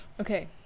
Okay